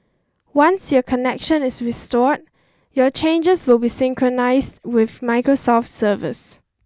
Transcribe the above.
once your connection is restored your changes will be synchronised with Microsoft's servers